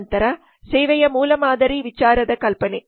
ನಂತರ ಸೇವೆಯ ಮೂಲ ಮಾದರಿ ವಿಚಾರದ ಕಲ್ಪನೆ